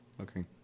Okay